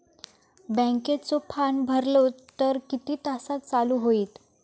बँकेचो फार्म भरलो तर किती तासाक चालू होईत?